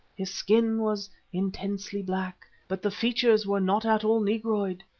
his skin was intensely black, but the features were not at all negroid.